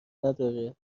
نداره